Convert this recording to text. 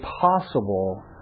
possible